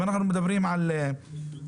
אם אנחנו מדברים על ריבית